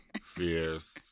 Fierce